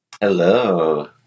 Hello